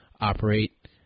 operate